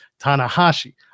Tanahashi